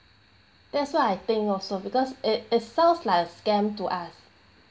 that's why I think also because it it sounds like a scam to us